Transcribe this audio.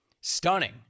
Stunning